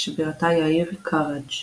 שבירתה היא העיר כרג'.